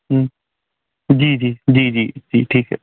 जी जी जी जी ठीक है